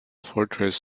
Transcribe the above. fortress